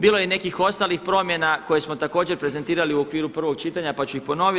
Bilo je i nekih ostalih promjena koje smo također prezentirali u okviru prvog čitanja, pa ću ih ponoviti.